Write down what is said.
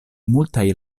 multaj